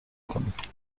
کنید